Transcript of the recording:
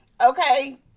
okay